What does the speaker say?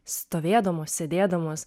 stovėdamos sėdėdamos